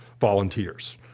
volunteers